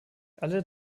alle